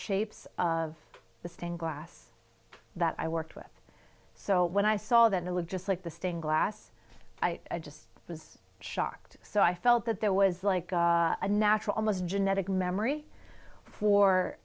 shapes of the stained glass that i worked with so when i saw that it would just like the stained glass i just was shocked so i felt that there was like a natural almost genetic memory for